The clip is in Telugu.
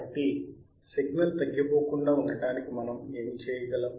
కాబట్టి సిగ్నల్ తగ్గిపోకుండా ఉండటానికి మనం ఏమి చేయగలం